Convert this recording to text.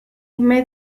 mes